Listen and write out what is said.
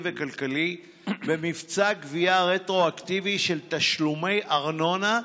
וכלכלי במבצע גבייה רטרואקטיבי של תשלומי ארנונה,